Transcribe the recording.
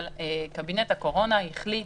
אבל קבינט הקורונה החליט